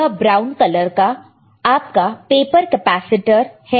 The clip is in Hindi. यह ब्राउन कलर का आपका पेपर कैपेसिटर है